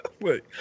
Wait